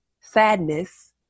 sadness